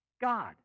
God